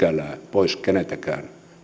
pois keneltäkään